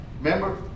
Remember